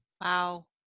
Wow